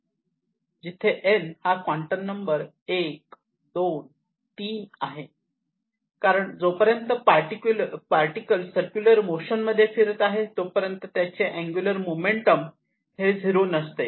त्याने म्हटले आहे की अँगुलर मोमेंटम J mvr असते जे nh' ने क्वांटाईज केले आहे जिथे n हा क्वांटम नंबर 1 2 3 - आहे कारण जोपर्यंत पार्टिकल सर्क्युलर मोशन मध्ये फिरत आहे तोपर्यंत त्याचे अंगुलर मोमेंटम हे झिरो नसते